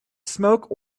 smoke